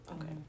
okay